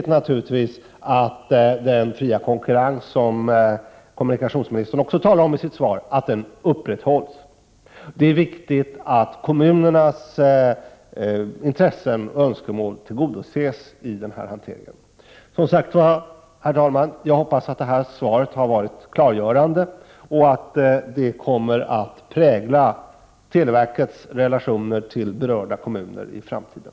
Det är naturligtvis viktigt att den fria konkurrens som kommunikationsministern talar om i sitt svar upprätthålls, och det är viktigt att kommunernas intressen och önskemål tillgodoses i den här hanteringen. Som sagt: Jag hoppas att svaret har varit klargörande och att det kommer att prägla televerkets relationer till berörda kommuner i framtiden.